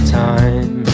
time